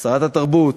שרת התרבות,